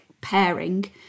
pairing